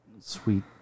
Sweet